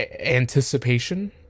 anticipation